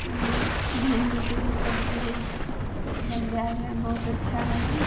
भिण्डीके भी सब्जी बनबैमे बहुत अच्छा होइ हइ